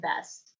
best